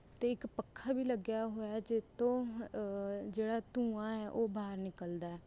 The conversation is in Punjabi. ਅਤੇ ਇੱਕ ਪੱਖਾ ਵੀ ਲੱਗਿਆ ਹੋਇਆ ਜਿਸ ਤੋਂ ਜਿਹੜਾ ਧੂੰਆਂ ਹੈ ਉਹ ਬਾਹਰ ਨਿਕਲਦਾ ਹੈ